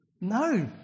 No